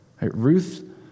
Ruth